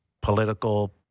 political